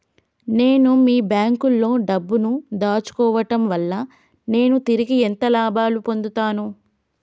నేను మీ బ్యాంకులో డబ్బు ను దాచుకోవటం వల్ల నేను తిరిగి ఎంత లాభాలు పొందుతాను?